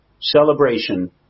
celebration